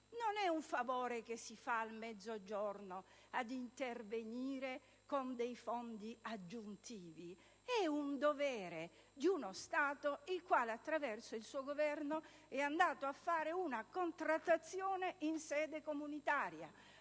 Non è un favore che si fa al Mezzogiorno se si interviene con fondi aggiuntivi! È un dovere di uno Stato che, attraverso il suo Governo, ha partecipato ad una contrattazione in sede comunitaria,